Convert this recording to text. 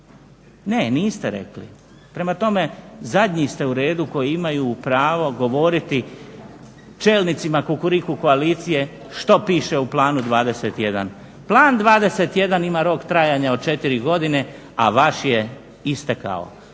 Ne, niste rekli. Prema tome zadnji ste u redu koji imaju pravo govoriti čelnicima kukuriku koalicije što piše u Planu 21. Plan 21 ima rok trajanja od 4 godine, a vaš je istekao.